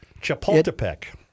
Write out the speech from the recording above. Chapultepec